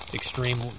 extreme